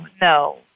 no